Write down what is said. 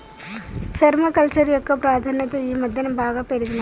పేర్మ culture యొక్క ప్రాధాన్యత ఈ మధ్యన బాగా పెరిగినాది